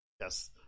Yes